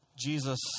Jesus